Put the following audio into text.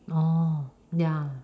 orh ya